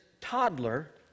toddler